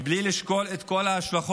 בלי לשקול את כל ההשלכות,